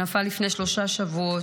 שנפל לפני שלושה שבועות.